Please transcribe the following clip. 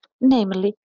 namely